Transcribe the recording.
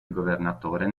governatore